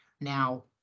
Now